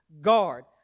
guard